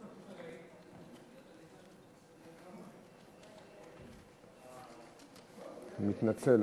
אני מתנצל.